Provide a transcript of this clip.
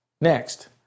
Next